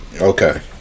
Okay